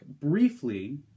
briefly